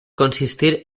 consistir